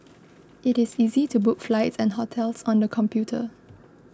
it is easy to book flights and hotels on the computer